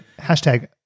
hashtag